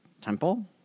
temple